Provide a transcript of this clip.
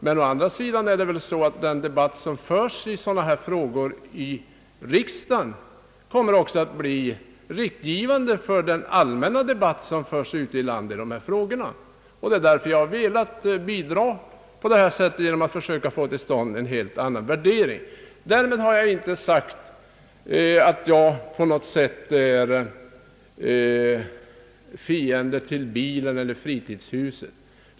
Men å andra sidan kommer väl den debatt som i sådana här frågor förs i riksdagen också att bli ledande för den allmänna debatt som förs ute i landet. Det är därför som jag på detta sätt velat bidra genom att försöka få till stånd en helt annan värdering. Därmed har jag inte sagt att jag på något sätt är fiende till bilen eller fritidshuset.